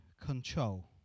control